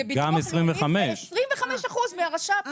זה 25 אחוזים מהרשות.